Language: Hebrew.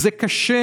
זה קשה